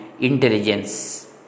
intelligence